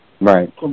right